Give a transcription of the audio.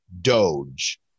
Doge